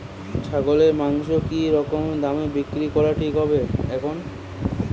ছাগলের মাংস কী রকম দামে বিক্রি করা ঠিক হবে এখন?